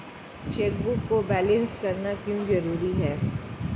Chequebook को balance करना क्यों जरूरी है?